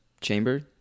chamber